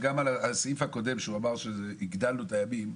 בסעיף הקודם, שהוא אמר שהגדלנו את מספר הימים,